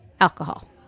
alcohol